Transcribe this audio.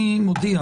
אני מודיע